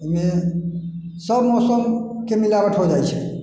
एहिमे सब मौसमके मिलावट हो जाइ छै